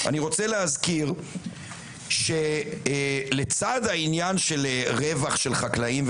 אני רוצה להזכיר שלצד העניין של רווח של חקלאים,